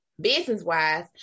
business-wise